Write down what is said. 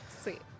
Sweet